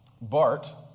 Bart